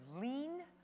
lean